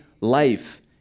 life